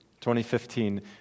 2015